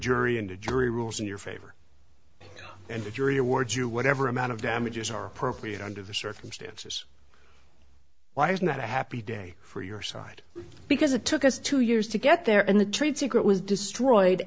jury and a jury rules in your favor and if you're a award you whatever amount of damages are appropriate under the circumstances why isn't that a happy day for your side because it took us two years to get there and the trade secret was destroyed